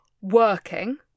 Working